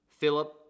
Philip